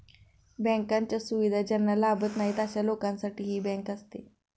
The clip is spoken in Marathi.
बँकांच्या सुविधा ज्यांना लाभत नाही अशा लोकांसाठी ही बँक आहे